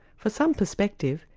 for some perspective,